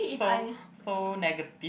so so negative